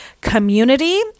Community